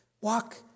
Walk